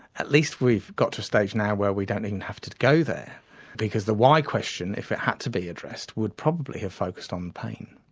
at least we've got to a stage now where we don't even have to go there because the why question, if it had to be addressed, would probably have focused on pain.